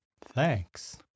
Thanks